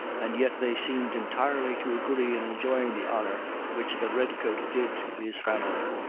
and yet they seemed entirely to agree in enjoying the honor which the red-coat did to his family.